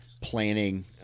planning